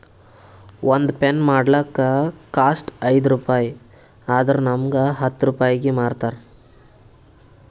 ಒಂದ್ ಪೆನ್ ಮಾಡ್ಲಕ್ ಕಾಸ್ಟ್ ಐಯ್ದ ರುಪಾಯಿ ಆದುರ್ ನಮುಗ್ ಹತ್ತ್ ರೂಪಾಯಿಗಿ ಮಾರ್ತಾರ್